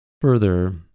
Further